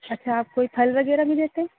اچھا آپ کوئی پھل وغیرہ بھی دیتے